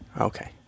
okay